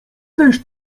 też